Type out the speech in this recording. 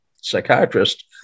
psychiatrist